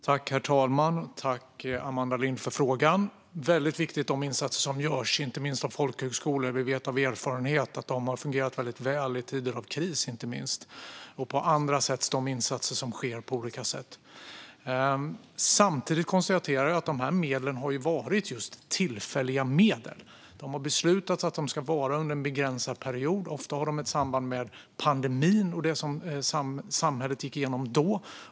Herr talman! Tack, Amanda Lind, för frågan! Det är viktiga insatser som görs, inte minst av folkhögskolor. Vi vet av erfarenhet att de har fungerat väldigt väl i tider av kris. Och även de andra insatser som görs är viktiga. De här medlen har ju varit just tillfälliga medel. Man har beslutat att de ska finnas under en begränsad period. Ofta har de ett samband med pandemin och det som samhället gick igenom då.